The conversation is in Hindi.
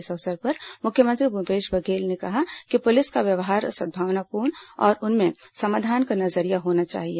इस अवसर पर मुख्यमंत्री भूपेश बघेल ने कहा कि पुलिस का व्यवहार सद्भावनापूर्ण और उनमें समाधान का नजरिया होना चाहिए